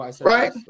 Right